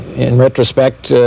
in retrospect,